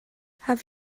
have